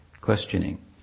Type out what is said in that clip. questioning